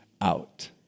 out